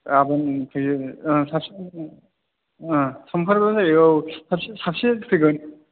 गाबोन फैयो साफ्से फैगोन समफोरबाबो जायो औ साफ्से साफ्से फैगोन